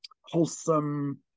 wholesome